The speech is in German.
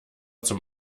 zum